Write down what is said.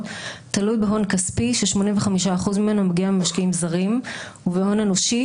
תלוי בהון כספי ש-85% ממנו מגיע ממשקיעים זרים ובהון אנושי